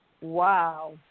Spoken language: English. Wow